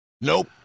Nope